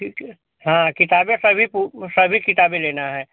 ठीक है हाँ किताबेँ सभी पु सभी किताबें लेना है